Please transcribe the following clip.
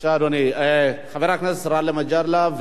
חבר הכנסת גאלב מג'אדלה,